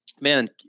man